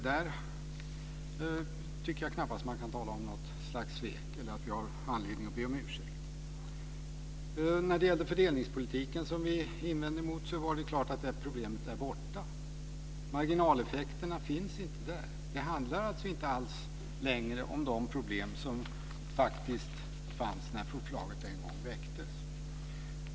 Där tycker jag knappast att man kan tala om svek eller att vi har anledning att be om ursäkt. När det gäller våra invändningar mot fördelningspolitiken är ju det problemet borta. Marginaleffekterna finns inte där. Det handlar alltså inte längre om de problem som fanns när förslaget en gång väcktes.